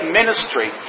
ministry